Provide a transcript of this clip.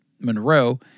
Monroe